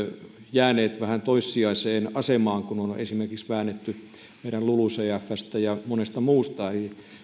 jääneet vähän toissijaiseen asemaan kun on esimerkiksi väännetty meidän lulucfstä ja monesta muusta